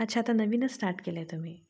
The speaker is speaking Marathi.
अच्छा आता नवीनच स्टार्ट केलंय तुम्ही